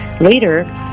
Later